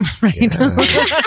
Right